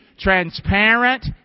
transparent